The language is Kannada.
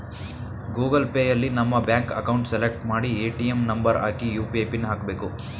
ಗೂಗಲ್ ಪೇಯಲ್ಲಿ ನಮ್ಮ ಬ್ಯಾಂಕ್ ಅಕೌಂಟ್ ಸೆಲೆಕ್ಟ್ ಮಾಡಿ ಎ.ಟಿ.ಎಂ ನಂಬರ್ ಹಾಕಿ ಯು.ಪಿ.ಐ ಪಿನ್ ಹಾಕ್ಬೇಕು